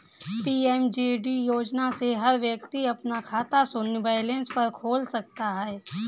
PMJD योजना से हर व्यक्ति अपना खाता शून्य बैलेंस पर खोल सकता है